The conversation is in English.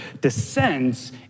descends